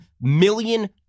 million